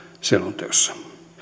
selonteossa